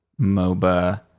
MOBA